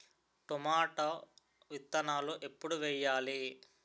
Tomato విత్తనాలు ఎప్పుడు వెయ్యాలి?